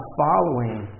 following